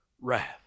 wrath